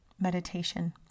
meditation